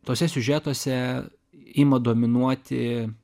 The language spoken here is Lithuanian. tuose siužetuose ima dominuoti